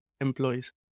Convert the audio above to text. employees